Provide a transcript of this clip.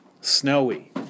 snowy